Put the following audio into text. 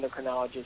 endocrinologist